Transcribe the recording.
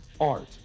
Art